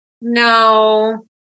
No